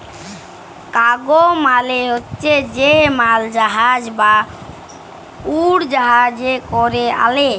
cargo মালে হছে যে মালজাহাজ বা উড়জাহাজে ক্যরে আলে